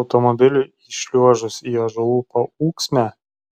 automobiliui įšliuožus į ąžuolų paūksmę